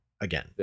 again